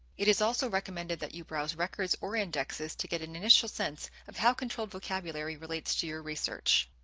it is also recommended that you browse records or indexes to get an initial sense of how controlled vocabulary relates to your research.